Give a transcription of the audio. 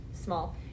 small